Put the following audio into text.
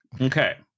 Okay